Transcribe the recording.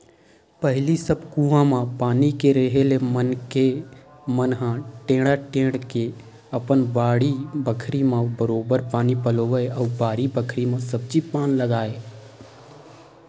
पहिली सब कुआं म पानी के रेहे ले मनखे मन ह टेंड़ा टेंड़ के अपन बाड़ी बखरी म बरोबर पानी पलोवय अउ बारी बखरी म सब्जी पान लगाय